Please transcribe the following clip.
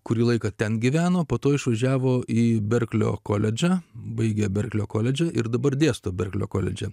kurį laiką ten gyveno po to išvažiavo į berklio koledžą baigė berklio koledže ir dabar dėsto berklio koledže